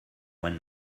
when